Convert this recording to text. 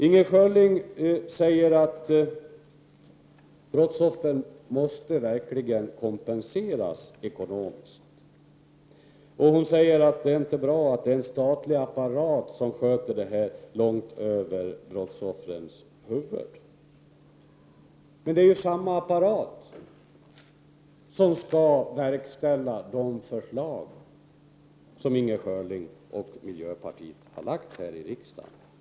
Inger Schörling sade att brottsoffren verkligen måste kompenseras ekonomiskt och att det inte är bra att en statlig apparat sköter detta långt över brottsoffrens huvuden. Men det är ju samma apparat som skall verkställa de förslag som Inger Schörling och miljöpartiet har framlagt här i riksdagen.